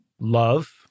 love